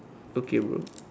okay bro